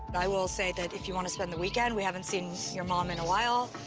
i will say that if you wanna spend the weekend, we haven't seen your mom in a while,